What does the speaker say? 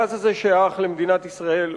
הגז הזה שייך למדינת ישראל,